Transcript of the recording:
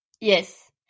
Yes